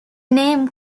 name